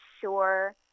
sure